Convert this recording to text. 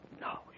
No